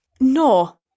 No